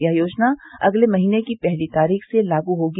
यह योजना अगले महींने की पहली तारीख से लागू होगी